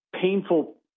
painful